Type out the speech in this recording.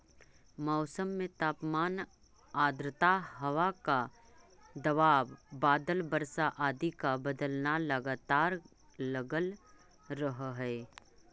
मौसम में तापमान आद्रता हवा का दबाव बादल वर्षा आदि का बदलना लगातार लगल रहअ हई